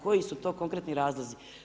Koji su to konkretni razlozi?